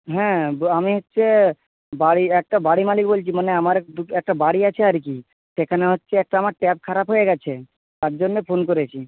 হ্যাঁ আমি হচ্ছে বাড়ি একটা বাড়ি মালিক বলছি মানে আমার দুটো একটা বাড়ি আছে আর কি সেখানে হচ্ছে একটা আমার ট্যাপ খারাপ হয়ে গেছে তার জন্য ফোন করেছি